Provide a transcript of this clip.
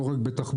לא רק בתחבורה.